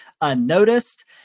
unnoticed